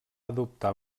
adoptar